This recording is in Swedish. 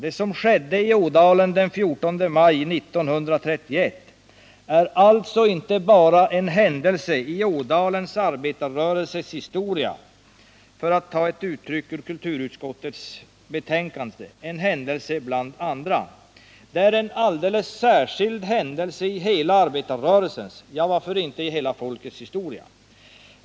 Det som skedde i Ådalen den 14 maj 1931 är alltså inte bara ”en händelse i Ådalens arbetarrörelses historia”, för att ta ett uttryck ur kulturutskottets betänkande, en händelse bland flera andra. Det är en alldeles särskild händelse i hela arbetarrörelsens, ja, varför inte hela folkets historia.